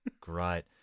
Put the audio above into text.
Great